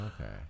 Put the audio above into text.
Okay